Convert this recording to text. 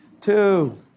two